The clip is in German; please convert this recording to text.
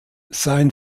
sein